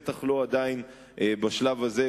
בטח לא בשלב הזה,